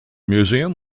museum